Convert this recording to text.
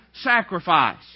sacrifice